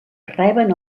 reben